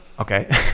Okay